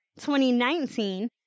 2019